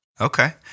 Okay